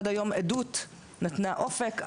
עד היום עדות נתנה אופק,